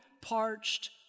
parched